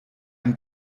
ein